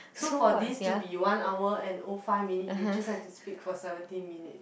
so for this to be one hour and O five minute you just have to speak for seventeen minute